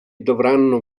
dovranno